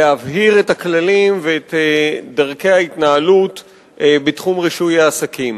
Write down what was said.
להבהיר את הכללים ואת דרכי ההתנהלות בתחום רישוי העסקים.